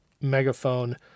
megaphone